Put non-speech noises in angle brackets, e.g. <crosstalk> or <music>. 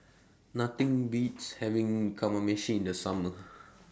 Nothing Beats having Kamameshi in The Summer <noise>